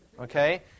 Okay